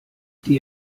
die